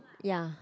ya